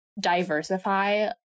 diversify